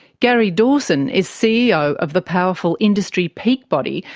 gary dawson is ceo of the powerful industry peak body,